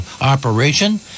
operation